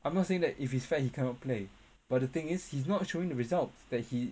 I'm not saying that if he's fat he cannot play but the thing is he's not showing the results that he